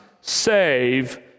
save